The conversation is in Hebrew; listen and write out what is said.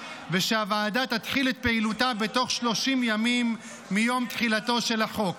ושהוועדה תתחיל את פעילותה בתוך 30 ימים מיום תחילתו של החוק.